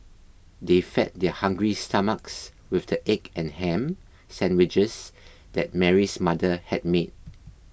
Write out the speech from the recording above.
they fed their hungry stomachs with the egg and ham sandwiches that Mary's mother had made